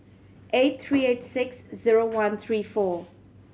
eight three eight six zero one three four